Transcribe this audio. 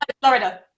Florida